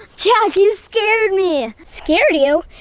jack, you scared me! scared you?